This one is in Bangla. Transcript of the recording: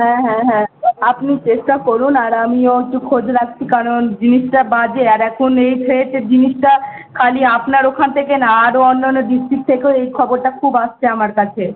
হ্যাঁ হ্যাঁ হ্যাঁ আপনি চেষ্টা করুন আর আমিও একটু খোঁজ রাখছি কারণ জিনিসটা বাজে আর এখন এই থ্রেট জিনিসটা খালি আপনার ওখান থেকে না আরও অন্যান্য ডিস্ট্রিক্ট থেকেও এই খবরটা খুব আসছে আমার কাছে